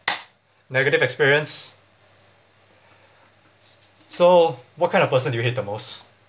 negative experience so what kind of person do you hate the most